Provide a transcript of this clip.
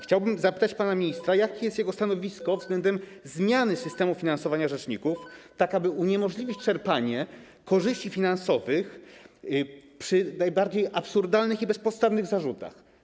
Chciałbym zapytać pana ministra, jakie jest jego stanowisko w sprawie zmiany systemu finansowania rzeczników, tak aby uniemożliwić czerpanie korzyści finansowych w przypadku najbardziej absurdalnych i bezpodstawnych zarzutów.